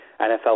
NFL